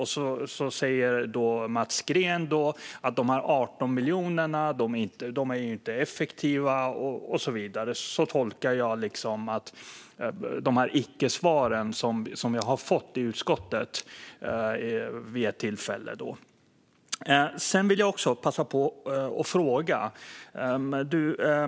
Sedan säger Mats Green att de här 18 miljonerna inte är effektiva och så vidare. Så tolkar jag icke-svaren som jag fått i utskottet vid ett tillfälle. Jag vill också passa på att ställa en annan fråga.